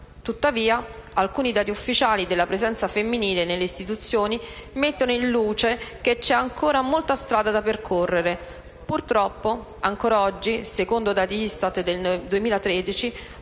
Tuttavia, alcuni dati ufficiali della presenza femminile nelle istituzioni mettono in luce che c'è ancora molta strada da percorrere. Purtroppo, ancora oggi, secondo dati ISTAT del 2013,